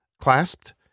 clasped